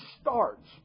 starts